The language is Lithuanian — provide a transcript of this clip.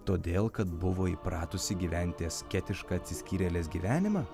todėl kad buvo įpratusi gyventi asketišką atsiskyrėlės gyvenimą